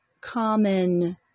Common